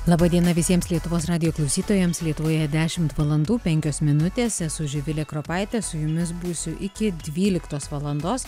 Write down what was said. laba diena visiems lietuvos radijo klausytojams lietuvoje dešimt valandų penkios minutės esu živilė kropaitė su jumis būsiu iki dvyliktos valandos